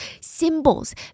symbols